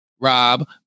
Rob